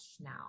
now